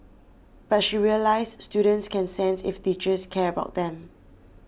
but she realised students can sense if teachers care about them